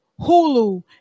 Hulu